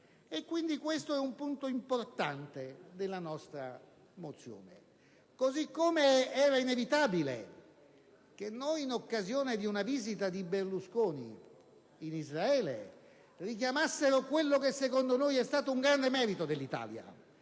Questo è un punto importante della nostra mozione. Era inevitabile, d'altronde, che noi, in occasione di una visita di Berlusconi in Israele, richiamassimo quello che a nostro avviso è stato un grande merito dell'Italia: